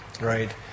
right